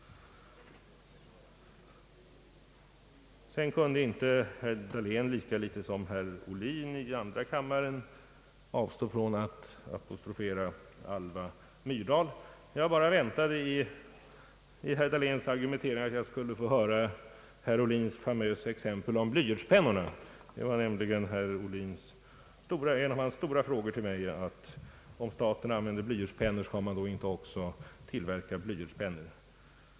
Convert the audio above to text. Sedan kunde inte herr Dahlén — lika litet som herr Ohlin i andra kammaren — avstå från att apostrofera Alva Myr dal. Jag bara väntade att i herr Dahléns argumentering få höra herr Ohlins famösa exempel om blyertspennorna. Det var en av herr Ohlins stora frågor till mig: Om staten använder blyertspennor, skall då inte staten också tillverka blyertspennor?